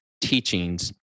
teachings